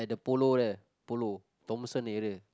the polo there polo Thomson area